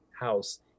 house